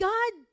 God